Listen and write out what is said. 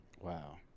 Wow